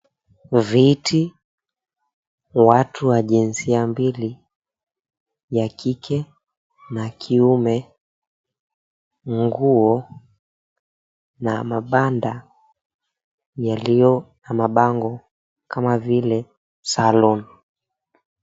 Viti, watu wa jinsia mbili, ya kike na kiume, nguo na mabanda yaliyo na mabango kama vile salon .